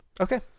Okay